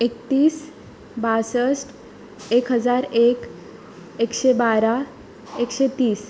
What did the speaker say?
एकतीस बांसठ एक हजार एक एकशें बारा एकशें तीस